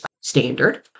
standard